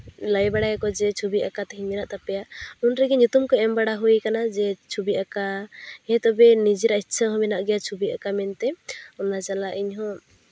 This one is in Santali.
ᱞᱟᱹᱭ ᱵᱟᱲᱟᱭᱟᱠᱚ ᱡᱮ ᱪᱷᱚᱵᱤ ᱟᱸᱠᱟᱣ ᱛᱮᱦᱮᱧ ᱢᱮᱱᱟᱜ ᱛᱟᱯᱮᱭᱟ ᱩᱱᱨᱮᱜᱮ ᱧᱩᱛᱩᱢ ᱠᱚ ᱮᱢ ᱵᱟᱲᱟ ᱦᱩᱭ ᱠᱟᱱᱟ ᱡᱮ ᱪᱷᱚᱵᱤ ᱟᱸᱠᱟ ᱦᱮᱸ ᱛᱚᱵᱮ ᱱᱤᱡᱮᱨᱟᱜ ᱤᱪᱪᱷᱟᱹ ᱦᱚᱸ ᱢᱮᱱᱟᱜ ᱜᱮᱭᱟ ᱪᱷᱚᱵᱤ ᱟᱸᱠᱟ ᱢᱮᱱᱛᱮ ᱚᱱᱟ ᱥᱟᱞᱟᱜ ᱤᱧᱦᱚᱸ